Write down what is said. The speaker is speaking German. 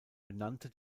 benannte